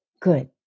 Good